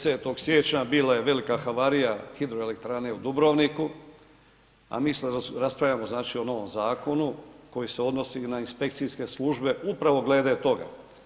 10. siječnja bila je velika havarija hidroelektrane u Dubrovniku, a mi sad raspravljamo znači o novom zakonu koji se odnosi na inspekcijske službe upravo glede toga.